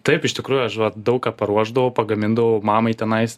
taip iš tikrųjų aš vat daug ką paruošdavau pagamindavau mamai tenais